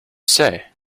say